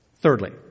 Thirdly